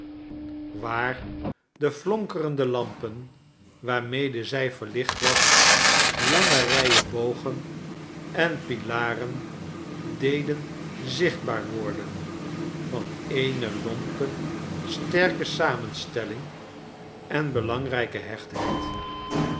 waar de flonkerende lampen waarmede zij verlicht was lange rijen bogen en pilaren deden zichtbaar worden van eene lompe sterke samenstelling en belangrijke